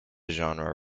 genre